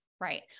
Right